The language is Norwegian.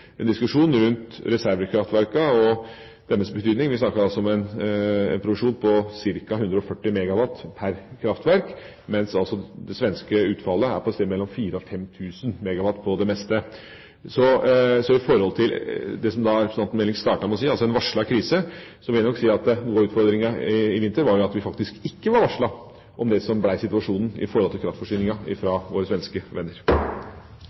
en diskusjon rundt reservekraftverkene og deres betydning. Vi snakker da om en produksjon på ca. 140 MW per kraftverk, mens det svenske utfallet altså er et sted mellom 4 000 og 5 000 MW på det meste. Så når det gjelder det som representanten Meling startet med å si om «en varslet krise», vil jeg nok si at noe av utfordringen i vinter faktisk var at vi ikke var varslet om det som ble situasjonen i forhold til kraftforsyningen fra våre svenske venner.